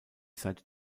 seit